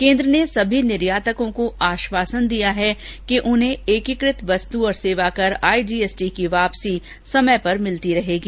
केंद्र ने सभी निर्यातकों को आश्वासन दिया है कि उन्हें एकीकृत वस्तु और सेवा कर आईजीएसटी की वापसी समय पर मिलती रहेगी